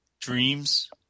dreams